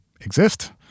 exist